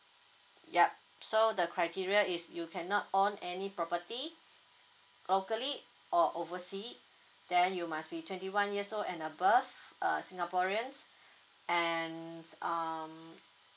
ya so the criteria is you cannot own any property locally or oversea then you must be twenty one years old and above uh singaporean and um